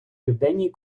південній